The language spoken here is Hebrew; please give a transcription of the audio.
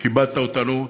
שכיבדת אותנו,